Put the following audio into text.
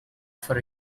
for